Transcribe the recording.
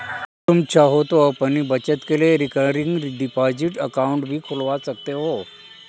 तुम चाहो तो अपनी बचत के लिए रिकरिंग डिपॉजिट अकाउंट भी खुलवा सकते हो